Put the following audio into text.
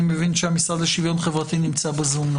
אני מבין שהמשרד לשוויון חברתי נמצא בזום.